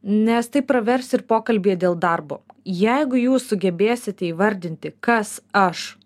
nes tai pravers ir pokalbyje dėl darbo jeigu jūs sugebėsite įvardinti kas aš